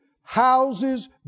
Houses